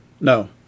No